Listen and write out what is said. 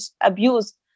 abuse